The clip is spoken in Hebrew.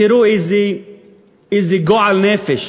תראו איזה גועל נפש,